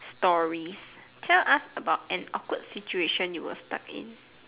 stories tell us about an awkward situation you were stuck in